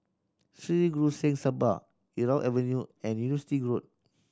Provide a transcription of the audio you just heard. Sri Guru Singh Sabha Irau Avenue and Road